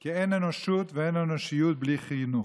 כי אין אנושות ואין אנושיות בלי חינוך.